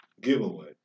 giveaway